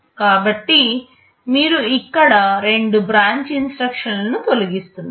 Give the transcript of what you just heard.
కాబట్టి మీరు ఇక్కడ రెండు బ్రాంచ్ ఇన్స్ట్రక్షన్లను తొలగిస్తున్నారు